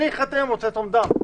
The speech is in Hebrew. אני רוצה לתרום דם.